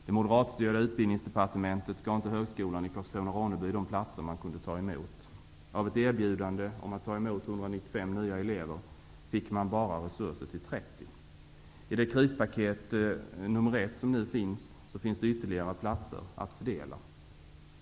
Det moderatstyrda utbildningsdepartementet gav inte högskolan i Karlskrona/Ronneby de platser man kunde ta emot. Av ett erbjudande om att ta emot 195 nya elever fick man bara resurser till 30. I krispaket nummer ett finns nu ytterligare platser att fördela.